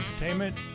entertainment